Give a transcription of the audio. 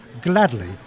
gladly